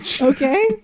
Okay